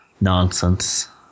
nonsense